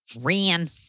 ran